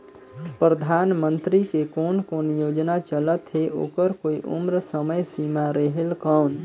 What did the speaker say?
परधानमंतरी के कोन कोन योजना चलत हे ओकर कोई उम्र समय सीमा रेहेल कौन?